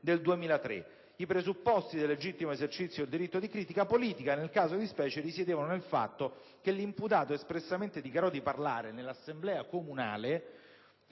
alla quale i presupposti del legittimo esercizio del diritto di critica politica nel caso di specie risiedevano nel fatto che 1'imputato espressamente dichiarò di parlare, nell'assemblea comunale,